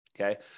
Okay